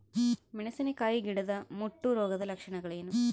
ಮೆಣಸಿನಕಾಯಿ ಗಿಡದ ಮುಟ್ಟು ರೋಗದ ಲಕ್ಷಣಗಳೇನು?